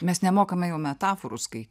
mes nemokame jau metaforų skai